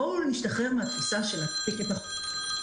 בואו נשתחרר מהתפיסה של להספיק את החומר.